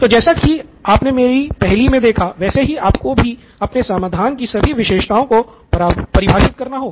तो जैसा की आपने हमारी पहेली मे देखा वैसे ही आपको भी अपने समाधान की सभी विशेषताओं को परिभाषित करना होगा